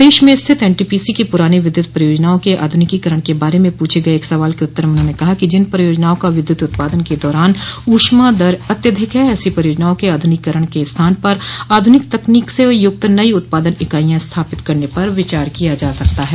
प्रदेश में स्थित एनटीपीसी की पुरानी विद्युत परियोजनाओं के आधुनिकीकरण के बारे में पूछे गये एक सवाल के उत्तर में उन्होंने कहा कि जिन परियोजनाओं का विद्युत उत्पादन के दौरान ऊष्मा दर अत्यधिक है ऐसी परियोजनाओं के आध्रनिकीकरण के स्थान पर आध्रनिक तकनीक से युक्त नई उत्पादन इकाईयां स्थापित करने पर विचार किया जा सकता है